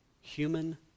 Human